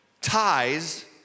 ties